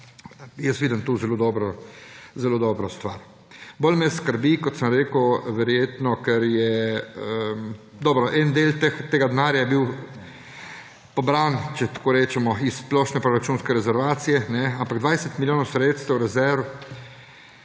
Jaz vidim tu zelo dobro stvar. Bolj me skrbi, kot sem rekel, verjetno, ker je … Dobro, en del tega denarja je bil pobran, če tako rečemo, iz splošne proračunske rezervacije, ampak 20 milijonov sredstev rezerve